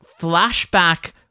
flashback